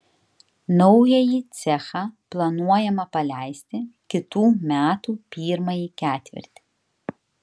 naująjį cechą planuojama paleisti kitų metų pirmąjį ketvirtį